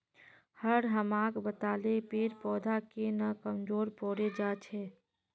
sir हमाक बताले जे पेड़ पौधा केन न कमजोर पोरे जा छेक